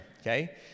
okay